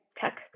tech